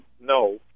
no